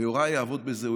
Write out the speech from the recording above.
ויוראי יעבוד בזה.